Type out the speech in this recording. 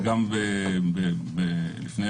לפני